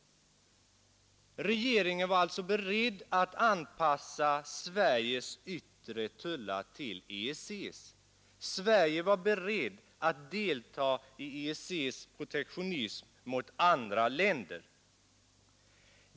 Regeringen var alltså beredd att anpassa Sveriges yttre tullar till EEC:s. Sverige var berett att delta i EEC:s protektionism mot andra länder.